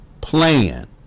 plan